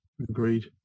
Agreed